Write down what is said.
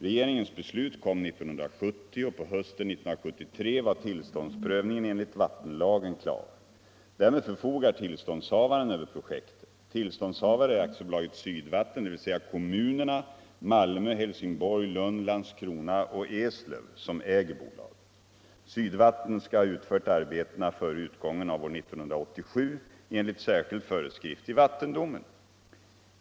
Regeringens beslut kom 1970, och på hösten 1973 var tillståndsprövningen enligt vattenlagen klar. Därmed förfogar tillståndshavaren över projektet. Tillståndshavare är aktiebolaget Sydvatten, dvs. kommunerna Malmö, Helsingborg, Lund, Landskrona och Eslöv, som äger bolaget. Sydvatten skall ha utfört arbetena före utgången av år 1987 enligt särskild föreskrift i vattendomen.